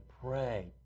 pray